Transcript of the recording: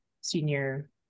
senior